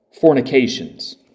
fornications